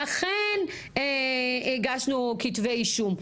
אכן הגשנו כתבי אישום,